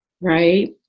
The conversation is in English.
right